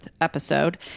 episode